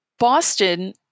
Boston